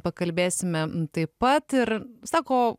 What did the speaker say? pakalbėsime taip pat ir sako